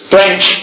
French